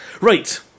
right